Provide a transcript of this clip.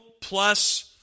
plus